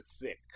thick